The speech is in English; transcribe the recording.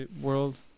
world